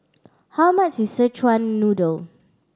how much is Szechuan Noodle